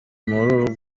muri